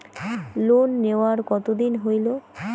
Loan নেওয়ার কতদিন হইল?